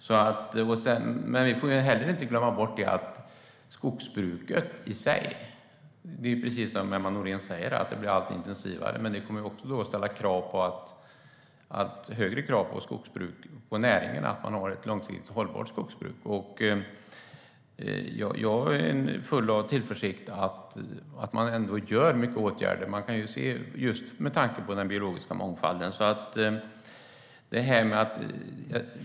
Vi får inte heller glömma bort att skogsbruket i sig blir, precis som Emma Nohrén säger, allt intensivare. Det kommer också att ställa allt högre krav på näringarna att hålla sig med ett långsiktigt hållbart skogsbruk. Jag är full av tillförsikt att man ändå vidtar många åtgärder just med tanke på den biologiska mångfalden.